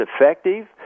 effective